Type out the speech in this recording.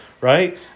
Right